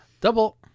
double